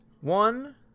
one